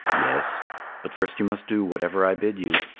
yes but first you must do whatever i bid you.